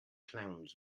clowns